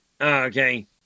Okay